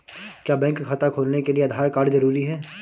क्या बैंक खाता खोलने के लिए आधार कार्ड जरूरी है?